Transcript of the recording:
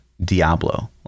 diablo